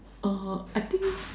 uh I think